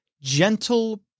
gentle